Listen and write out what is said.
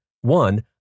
One